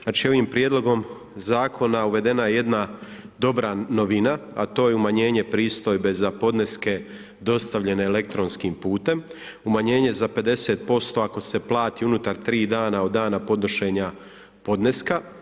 Znači ovim prijedlogom zakona uvedena je jedna dobra novina a to je umanjenje pristojbe za podneske dostavljene elektronskim putem, umanjenje za 50% ako se plati unutar 3 dana od dana podnošenja podneska.